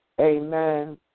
Amen